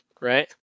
right